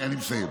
אני מסיים.